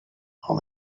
all